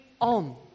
on